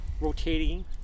rotating